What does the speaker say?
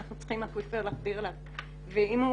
אנחנו צריכים אקוויפרים להחדיר אליהם את המים ואם הוא